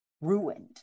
ruined